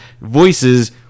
voices